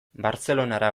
bartzelonara